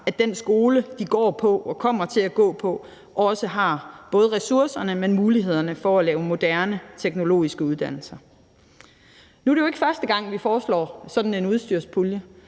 at den skole, de går på og kommer til at gå på, har både ressourcerne, men også mulighederne for at lave moderne teknologiske uddannelser. Kl. 13:50 Nu er det jo ikke første gang, vi foreslår sådan en udstyrspulje.